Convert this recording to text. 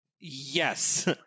Yes